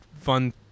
fun